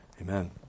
Amen